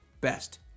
best